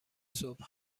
صبح